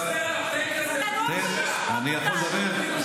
אתה לא יכול לשפוט אותנו.